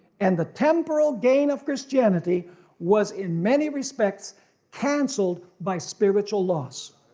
and the temporal gain of christianity was in many respects cancelled by spiritual loss.